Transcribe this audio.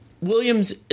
Williams